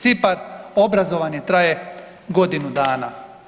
Cipar obrazovanje traje godinu dana.